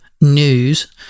news